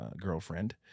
girlfriend